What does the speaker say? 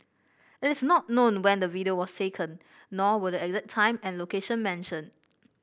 it is not known when the video was taken nor were the exact time and location mentioned